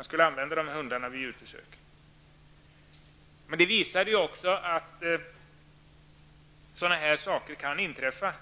skulle användas vid djurförsök. Det visade sig alltså vad som kan inträffa.